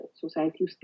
society